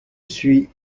suis